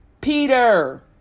Peter